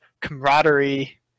camaraderie